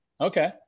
Okay